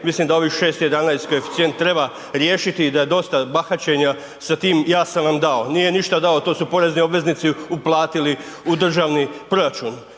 Mislim da ovih 6,11 koeficijent treba riješiti i da je dosta bahaćenja sa tim ja sam vam dao. Nije ništa dao, to su porezni obveznici uplatiti u državni proračun.